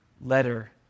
letter